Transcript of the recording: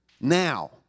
now